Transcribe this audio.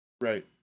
right